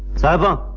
sahiba.